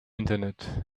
internet